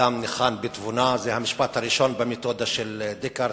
"אדם ניחן בתבונה" הוא המשפט הראשון במתודה של דקארט,